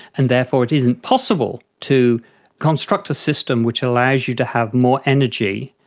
and therefore it isn't possible to construct a system which allows you to have more energy,